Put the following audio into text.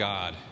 God